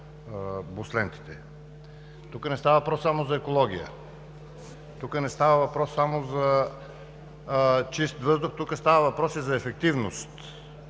Тук не става въпрос само за екология. Тук не става въпрос само за чист въздух. Тук става въпрос и за ефективност.